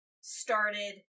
started